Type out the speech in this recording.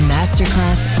Masterclass